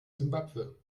simbabwe